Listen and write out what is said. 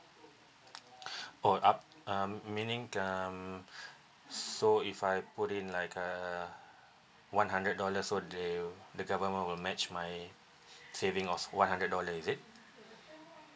oh up um meaning um so if I put in like uh one hundred dollar so they the government will match my saving of one hundred dollar is it